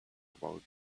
about